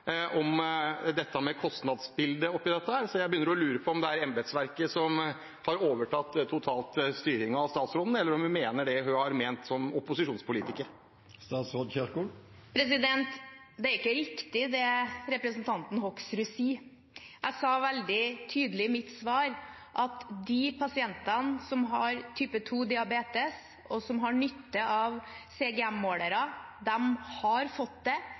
totalt styringen over statsråden, eller om hun mener det hun har ment som opposisjonspolitiker. Det er ikke riktig, det representanten Hoksrud sier. Jeg sa veldig tydelig i mitt svar at de pasientene som har type 2-diabetes, og som har nytte av CGM-målere, har fått det